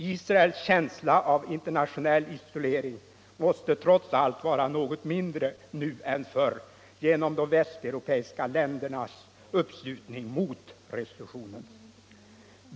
Israels känsla av internationell isolering måste trots allt vara något mindre nu än förr genom de västeuropeiska ländernas uppslutning mot resolutionen.